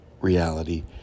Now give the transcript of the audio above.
reality